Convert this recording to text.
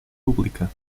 pública